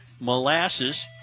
molasses